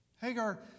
Hagar